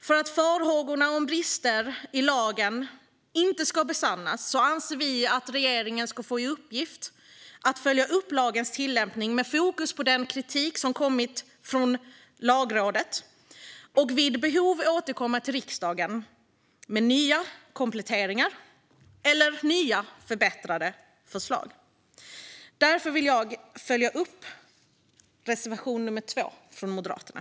För att farhågorna om brister i lagen inte ska besannas anser vi att regeringen ska få i uppgift att följa upp lagens tillämpning med fokus på den kritik som kommit från Lagrådet och vid behov återkomma till riksdagen med nya kompletterande eller förbättrade förslag. Därför vill jag yrka bifall till reservation nummer 2 från Moderaterna.